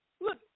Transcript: look